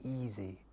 easy